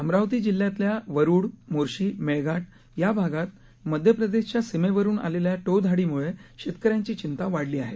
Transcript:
अमरावती जिल्ह्यातल्या वरुड मोर्शी मेळघाट या भागात मध्यप्रदेशच्या सीमेवरून आलेल्या टोळधाडीमुळे शेतकऱ्याची चिंता वाढली आहे